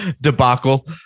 debacle